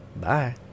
Bye